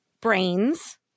brains